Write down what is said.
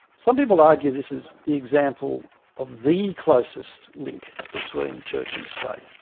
some people argue this as the example of the closest link between church and state,